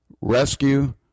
rescue